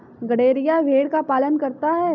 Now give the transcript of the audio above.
गड़ेरिया भेड़ का पालन करता है